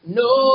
no